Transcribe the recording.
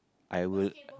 I will